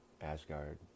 Asgard